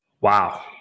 Wow